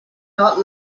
not